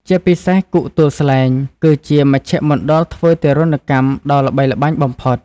ជាពិសេសគុកទួលស្លែង គឺជាមជ្ឈមណ្ឌលធ្វើទារុណកម្មដ៏ល្បីល្បាញបំផុត។